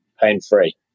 pain-free